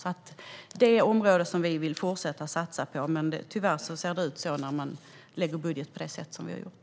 Detta är ett område som vi vill fortsätta att satsa på, men tyvärr är det så det ser ut när man gör en budget på det sätt som vi har gjort.